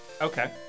Okay